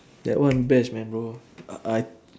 that one best man bro I I